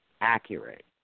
accurate